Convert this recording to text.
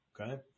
Okay